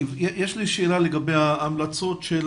יש לי שאלה לגבי ההמלצות של